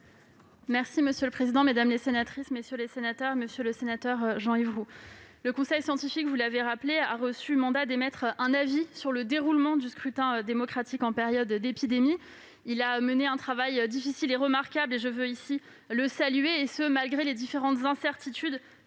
est à Mme la ministre déléguée chargée de la citoyenneté. Monsieur le sénateur Jean-Yves Roux, le conseil scientifique, vous l'avez rappelé, a reçu mandat d'émettre un avis sur le déroulement du scrutin démocratique en période d'épidémie. Il a mené un travail difficile et remarquable que je veux ici saluer, malgré les différentes incertitudes